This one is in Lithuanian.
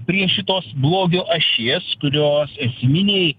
prie šitos blogio ašies kurios esminiai